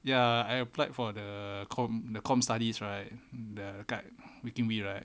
ya I applied for the com com studies right the quite fitting me right